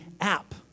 app